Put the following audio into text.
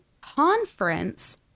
conference